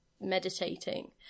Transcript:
meditating